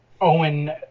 Owen